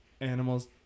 animals